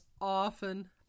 often